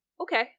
okay